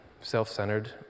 self-centered